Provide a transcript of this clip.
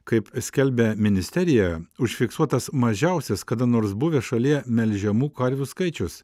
kaip skelbia ministerija užfiksuotas mažiausias kada nors buvęs šalyje melžiamų karvių skaičius